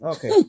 Okay